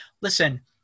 Listen